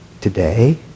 today